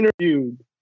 interviewed